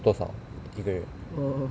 多少一个月